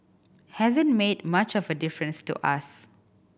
hasn't made much of a difference to us